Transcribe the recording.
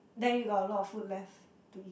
then you got a lot of food left to eat